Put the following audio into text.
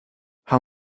how